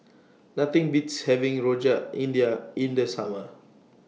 Nothing Beats having Rojak India in The Summer